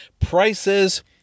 prices